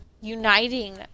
uniting